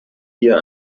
hier